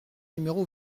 numéro